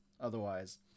otherwise